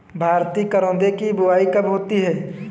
भारतीय करौदे की बुवाई कब होती है?